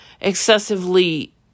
excessively